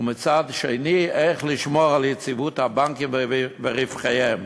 ומצד שני, לשמור על יציבות הבנקים ורווחיהם.